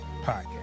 Podcast